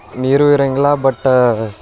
ನೀರೂ ಇರೋಂಗಿಲ್ಲ ಬಟ್